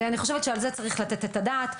אני חושבת שעל זה צריך לתת את הדעת,